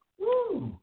woo